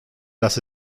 las